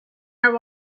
our